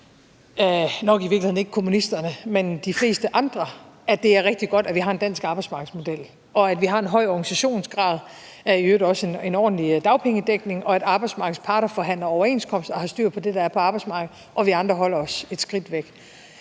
nok i virkeligheden ikke Kommunisterne, men de fleste andre – at det er rigtig godt, at vi har en dansk arbejdsmarkedsmodel, og at vi har en høj organisationsgrad og i øvrigt også en ordentlig dagpengedækning, og at arbejdsmarkedets parter forhandler overenskomst og har styr på det, der er på arbejdsmarkedet, og at vi andre holder os et skridt væk.